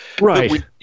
Right